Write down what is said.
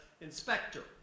inspector